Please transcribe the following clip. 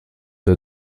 der